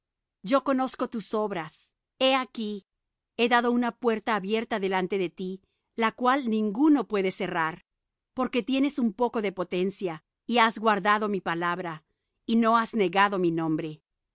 yo conozco tus obras he aquí he dado una puerta abierta delante de ti la cual ninguno puede cerrar porque tienes un poco de potencia y has guardado mi palabra y no has negado mi nombre